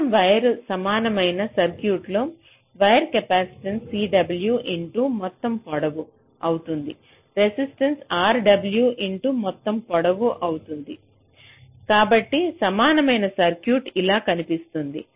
మొత్తం వైర్కు సమానమైన సర్క్యూట్లో వైర్ కెపాసిటెన్స Cw ఇన్టూ మొత్తం పొడవు అవుతుంది రెసిస్టెన్స Rw ఇన్టూ మొత్తం పొడవు అవుతుంది కాబట్టి సమానమైన సర్క్యూట్ ఇలా కనిపిస్తుంది